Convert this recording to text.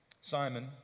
Simon